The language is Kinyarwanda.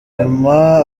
nyuma